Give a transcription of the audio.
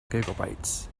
gigabytes